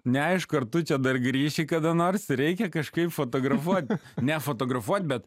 neaišku ar tu čia dar grįši kada nors reikia kažkaip fotografuoti ne fotografuoti bet